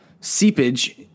seepage